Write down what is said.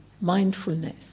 mindfulness